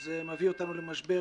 וזה מביא אותנו למשבר